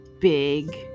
big